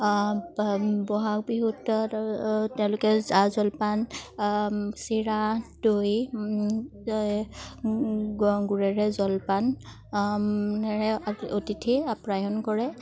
বহাগ বিহুত তেওঁলোকে জা জলপান চিৰা দৈ গুৰেৰে জলপান ৰে অতিথি আপ্যায়ন কৰে